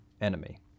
enemy